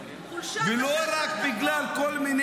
אתה לא צריך להיות פה.